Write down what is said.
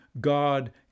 God